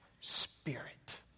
spirit